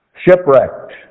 shipwrecked